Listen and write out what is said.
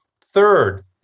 Third